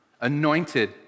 Anointed